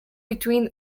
between